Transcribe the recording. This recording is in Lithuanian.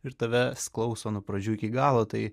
ir tavęs klauso nuo pradžių iki galo tai